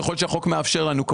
ככל שהחוק מאפשר לנו,